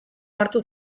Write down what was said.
onartu